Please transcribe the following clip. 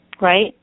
Right